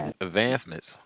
advancements